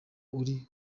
uri